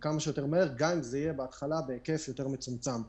גם אם זה יהיה בהתחלה בהיקף מצומצם יותר.